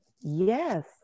Yes